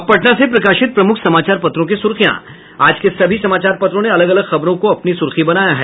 अब पटना से प्रकाशित प्रमुख समाचार पत्रों की सुर्खियां आज के सभी समाचार पत्रों ने अलग अलग खबरों को अपनी सुर्खी बनाया है